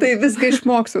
tai viską išmoksiu